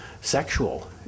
sexual